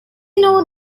know